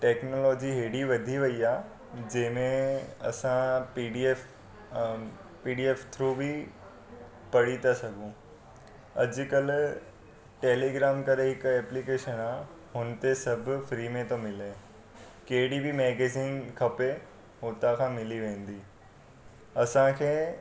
technology एॾी वधी वई आहे जंहिंमें असां पी डी एफ अ पी डी एफ थ्रू बि पढ़ी था सघूं अॼुकल्ह टेलीग्राम करे हिकु एप्लीकेशन आहे हुन ते सभु फ्री में थो मिले कहिड़ी बि मैगजीन खपे हुतां खां मिली वेंदी असांखे